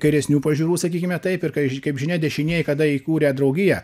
kairesnių pažiūrų sakykime taip ir kaip žinia dešinieji kada įkūrę draugiją